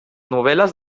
novel·les